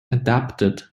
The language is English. adapted